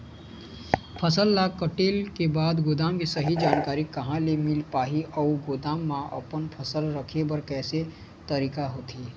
फसल ला कटेल के बाद गोदाम के सही जानकारी कहा ले मील पाही अउ गोदाम मा अपन फसल रखे बर कैसे तरीका होथे?